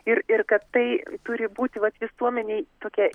ir ir kad tai turi būt vat visuomenei tokia